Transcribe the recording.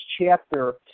chapter